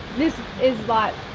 this is but